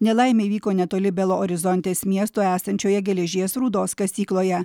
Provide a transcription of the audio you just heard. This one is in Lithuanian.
nelaimė įvyko netoli belo orizontės miesto esančioje geležies rūdos kasykloje